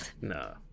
No